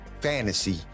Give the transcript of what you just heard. fantasy